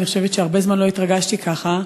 אני חושבת שהרבה זמן לא התרגשתי ככה,